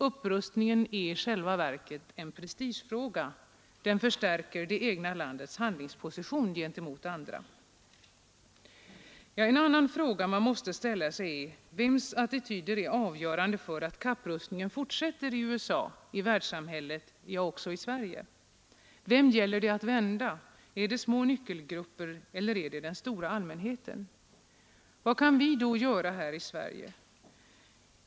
Upprustningen är i själva verket en prestigefråga. Den förstärker det egna landets handlingsposition gentemot andra. En annan fråga som man måste ställa sig är: Vems attityder är avgörande för att kapprustningen fortsätter i USA, i världssamhället, ja också i Sverige? Vem gäller det att vända? Är det små nyckelgrupper, eller är det den stora allmänheten? Vad kan vi då göra här i Sverige?